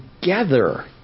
together